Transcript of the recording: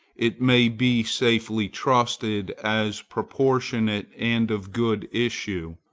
it may be safely trusted as proportionate and of good issues,